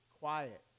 quiet